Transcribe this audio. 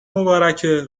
مبارکه